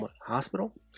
Hospital